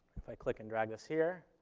if i click and drag this here,